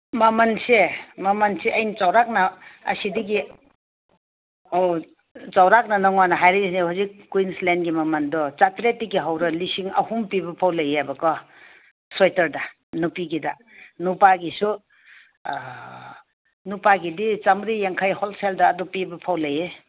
ꯃꯃꯜꯁꯦ ꯃꯃꯜꯁꯦ ꯑꯩꯅ ꯆꯧꯔꯥꯛꯅ ꯑꯁꯤꯗꯒꯤ ꯑꯧ ꯆꯧꯔꯥꯛꯅ ꯅꯉꯣꯟꯗ ꯍꯥꯏꯔꯛꯏꯁꯤꯅꯦ ꯍꯧꯖꯤꯛ ꯀꯨꯏꯟꯁꯂꯦꯟꯒꯤ ꯃꯃꯜꯗꯣ ꯆꯥꯇ꯭ꯔꯦꯠꯒꯤ ꯍꯧꯔ ꯂꯤꯁꯤꯡ ꯑꯍꯨꯝ ꯄꯤꯕꯐꯥꯎ ꯂꯩꯌꯦꯕꯀꯣ ꯁ꯭ꯋꯦꯇꯔꯗ ꯅꯨꯄꯤꯒꯤꯗ ꯅꯨꯄꯥꯒꯤꯁꯨ ꯅꯨꯄꯥꯒꯤꯗꯤ ꯆꯃꯔꯤ ꯌꯥꯡꯈꯩ ꯍꯣꯜꯁꯦꯜꯗ ꯑꯗꯨ ꯄꯤꯕꯐꯥꯎ ꯂꯩꯌꯦ